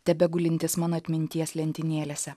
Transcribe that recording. tebegulintys mano atminties lentynėlėse